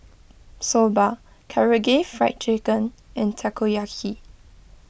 Soba Karaage Fried Chicken and Takoyaki